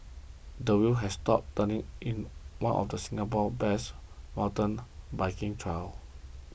the wheels have stopped turning in one of Singapore's best mountain biking trails